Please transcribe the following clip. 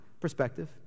Perspective